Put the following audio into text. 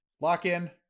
lock-in